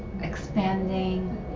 expanding